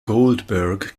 goldberg